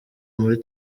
muri